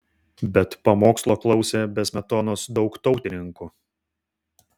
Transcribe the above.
bet pamokslo klausė be smetonos daug tautininkų